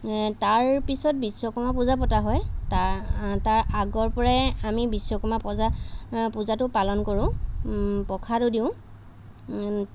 তাৰপিছত বিশ্বকৰ্মা পূজা পতা হয় তাৰ তাৰ আগৰ পৰাই আমি বিশ্বকৰ্মা পজা পূজাটো পালন কৰোঁ প্ৰসাদো দিওঁ